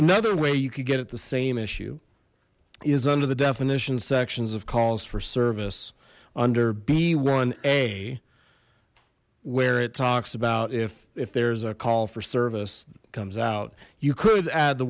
another way you could get it the same issue is under the definition sections of calls for service under b one a where it talks about if if there's a call for service comes out you could add the